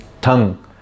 tongue